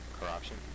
corruption